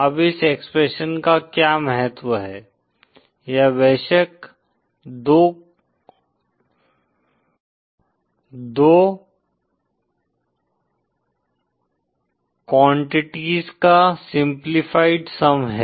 अब इस एक्सप्रेशन का क्या महत्व है यह बेशक दो क्वान्टीटीएस का सिम्प्लिफिएड सम है